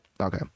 okay